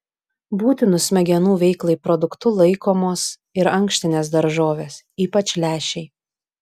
būtinu smegenų veiklai produktu laikomos ir ankštinės daržovės ypač lęšiai